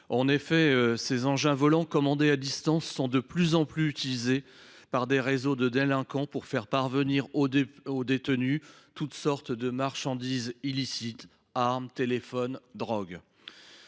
En effet, ces engins volants commandés à distance sont de plus en plus utilisés par des réseaux de délinquants pour faire parvenir aux détenus toutes sortes de marchandises illicites : armes, téléphones, drogue…